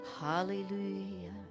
hallelujah